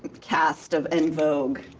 cast of en vogue.